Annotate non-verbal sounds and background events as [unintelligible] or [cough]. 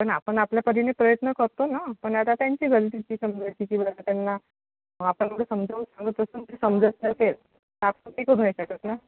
पण आपण आपल्या परीने प्रयत्न करतो ना पण आता त्यांची गलती समजायची की [unintelligible] त्यांना आपण एवढं समजवून [unintelligible] ना